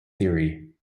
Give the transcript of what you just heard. theory